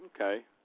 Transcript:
okay